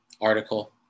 article